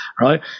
Right